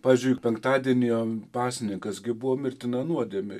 pavyzdžiui penktadienio pasninkas gi buvo mirtina nuodėmė